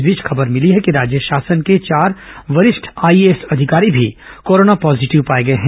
इस बीच खबर मिली है कि राज्य शासन के चार वरिष्ठ आईएएस अधिकारी भी कोरोना पॉजीटिव पाए गए हैं